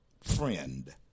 friend